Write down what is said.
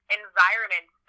environment